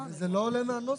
וזה לא עולה לנוסח.